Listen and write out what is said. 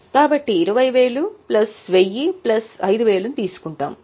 కాబట్టి 20000 plus 1000 plus 5000 ను తీసుకుంటాము